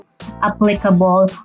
applicable